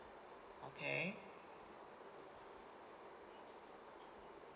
okay